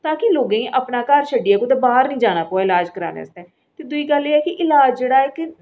ताकि लोकें गी अपना घर छड्डियै कुदै बाह्र नीं जाना पवै इलाज कराने आस्तै ते दूई गल्ल एह् कि इलाज जेह्ड़ा ऐ